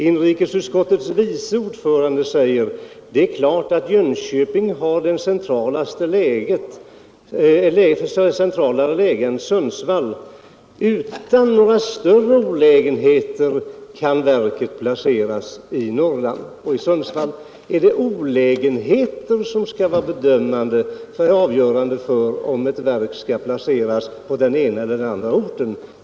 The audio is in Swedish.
Inrikesutskottets vice ordförande sade: Det är klart att Jönköping har ett centralare läge än Sundsvall, men utan några större olägenheter kan verket placeras i Norrland och Sundsvall. Är det olägenheter som skall vara avgörande för om ett verk skall placeras på den ena eller den andra orten?